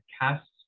cast